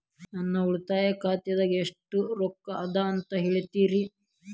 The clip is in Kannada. ನನ್ನ ಉಳಿತಾಯ ಖಾತಾದಾಗ ಎಷ್ಟ ರೊಕ್ಕ ಅದ ಅಂತ ಹೇಳ್ತೇರಿ?